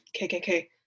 KKK